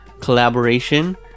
collaboration